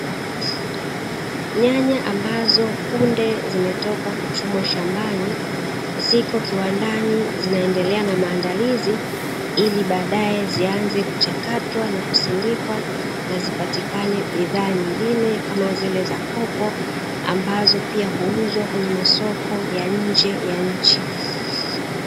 Nyanya ambazo punde zimetoka kuchumwa shambani, ziko kiwandani zinaendelea na maandalizi ili baadaye zianze kuchakatwa na kusindikwa na zipatikane bidhaa nyingine kama zile za kopo, ambazo pia huuzwa kwenye masoko ya nje ya nchi.